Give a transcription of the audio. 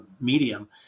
medium